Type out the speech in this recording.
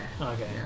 Okay